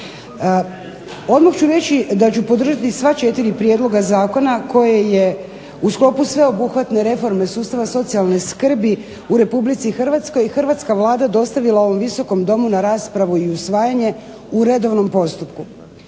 Odmah ću reći da ću podržati sva 4 prijedloga zakona koje je u sklopu sveobuhvatne reforme sustava socijalne skrbi u RH hrvatska Vlada dostavila ovom Visokom domu na raspravu i usvajanje u redovnom postupku.